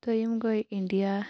دوٚیِم گوٚو اِنڑیا